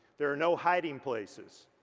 there are no hiding places.